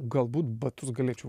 galbūt batus galėčiau